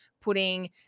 putting